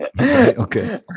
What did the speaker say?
Okay